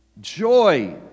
Joy